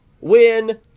Win